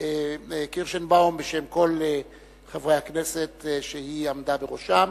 קירשנבאום בשם כל חברי הכנסת שהיא עמדה בראשם.